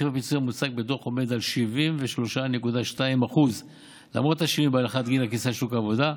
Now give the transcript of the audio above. הפיצויים עומד על 73.2% למרות השינוי בהנחת גיל הכניסה לשוק העבודה,